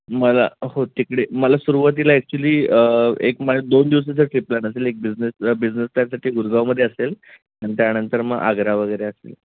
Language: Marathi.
मला हो तिकडे मला सुरुवातीला ॲक्च्युली एक माझ्या दोन दिवसाचा ट्रीप प्लॅन असेल एक बिजनेस बिजनेस टायपसाठी गुरगावमध्ये असेल आणि त्यानंतर मग आग्रा वगैरे असेल